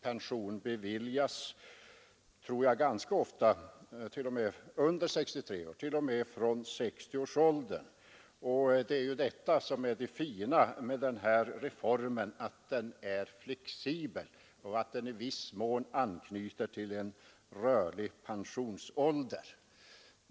Pension beviljas, tror jag, ganska ofta under 63 år, t.o.m. från 60-årsåldern. Och det fina med den här reformen är ju att den är flexibel och att den i viss mån anknyter till en rörlig pensionsålder.